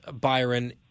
Byron